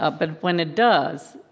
ah but when it does,